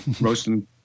roasting